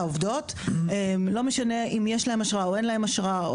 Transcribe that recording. והעובדות בישראל לא משנה אם יש להם אשרה או אין להם אשרה.